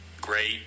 great